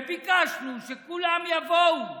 וביקשנו שכולם יבואו